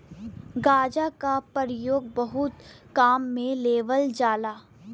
गांजा क परयोग बहुत काम में लेवल जाला